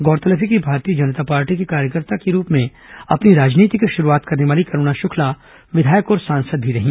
गौरतलब है कि भारतीय जनता पार्टी के कार्यकर्ता के रूप में अपनी राजनीति की शुरूआत करने वाली करूणा शुक्ला विधायक और सांसद भी रहीं